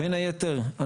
בין היתר,